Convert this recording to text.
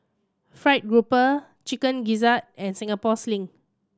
fried grouper Chicken Gizzard and Singapore Sling